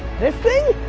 this thing!